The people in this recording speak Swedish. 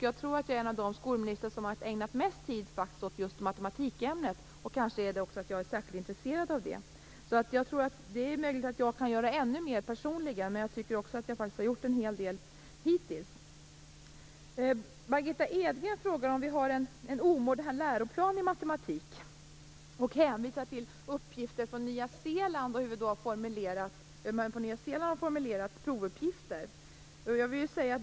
Jag tror att jag är en av de skolministrar som har ägnat mest tid åt just matematikämnet, kanske för att jag är särskilt intresserad av det. Det är möjligt att jag kan göra ännu mer personligen, men jag tycker faktiskt att jag har gjort en hel del hittills. Margitta Edgren frågade om vi har en omodern läroplan i matematik och hänvisar till uppgifter från Nya Zeeland och hur man där har formulerat provuppgifter.